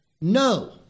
No